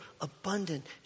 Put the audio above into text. abundant